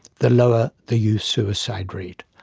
the lower the youth suicide rate.